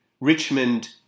Richmond